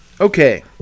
Okay